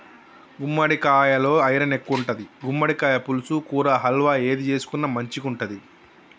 గుమ్మడికాలలో ఐరన్ ఎక్కువుంటది, గుమ్మడికాయ పులుసు, కూర, హల్వా ఏది చేసుకున్న మంచిగుంటది